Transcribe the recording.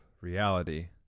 reality